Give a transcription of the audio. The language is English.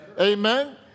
Amen